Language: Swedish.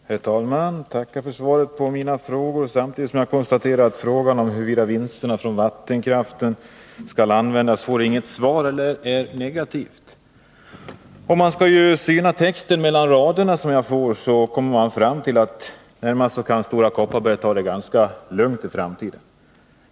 Herr talman! Jag tackar för svaret på mina frågor, samtidigt som jag konstaterar att frågan om huruvida vinsterna från vattenkraften skall användas till miljöåtgärder inte fått något svar eller i varje fall är negativt besvarad. Om jag synar texten i det skrivna svaret och läser mellan raderna kommer jag fram till att Stora Kopparberg kan ta det ganska lugnt i framtiden.